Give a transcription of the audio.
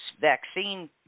vaccine